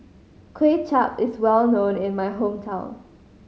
Kway Chap is well known in my hometown